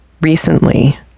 recently